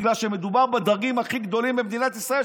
בגלל שמדובר בדרגים הכי גבוהים במדינת ישראל,